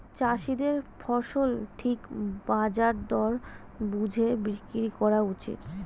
চাষীদের ফসল ঠিক বাজার দর বুঝে বিক্রি করা উচিত